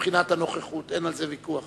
אני קובע